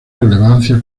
relevancia